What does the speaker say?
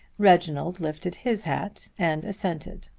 reginald lifted his hat and assented.